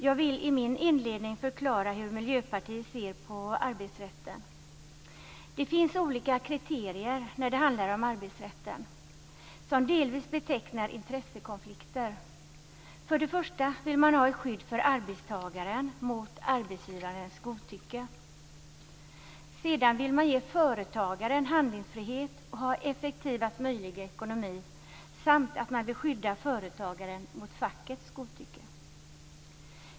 Jag vill i min inledning förklara hur Miljöpartiet ser på arbetsrätten. Det finns olika kriterier i fråga om arbetsrätten som delvis betecknar intressekonflikter. Först och främst vill man ha ett skydd för arbetstagaren mot arbetsgivarens godtycke. Sedan vill man ge företagaren handlingsfrihet och ha effektivast möjliga ekonomi samt att man vill skydda företagaren mot fackets godtycke.